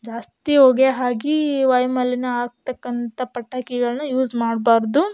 ಜಾಸ್ತಿ ಹೊಗೆ ಆಗಿ ವಾಯುಮಾಲಿನ್ಯ ಆಗತಕ್ಕಂಥ ಪಟಾಕಿಗಳನ್ನ ಯೂಸ್ ಮಾಡಬಾರ್ದು